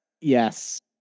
Yes